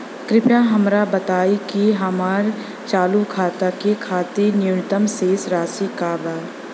कृपया हमरा बताइ कि हमार चालू खाता के खातिर न्यूनतम शेष राशि का बा